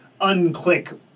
unclick